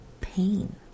pain